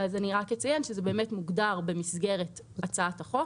אז אני רק אציין שזה מוגדר במסגרת הצעת החוק.